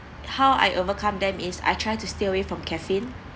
how I overcome them is I try to stay away from caffeine